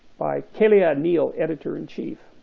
by kaelia neal, editor in chief,